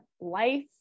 life